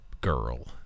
Girl